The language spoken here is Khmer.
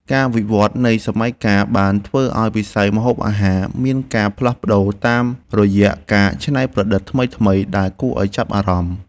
ការវិវឌ្ឍនៃសម័យកាលបានធ្វើឱ្យវិស័យម្ហូបអាហារមានការផ្លាស់ប្តូរតាមរយៈការច្នៃប្រឌិតថ្មីៗដែលគួរឱ្យចាប់អារម្មណ៍។